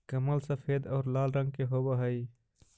कमल सफेद और लाल रंग के हवअ हई